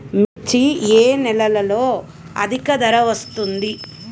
మిర్చి ఏ నెలలో అధిక ధర వస్తుంది?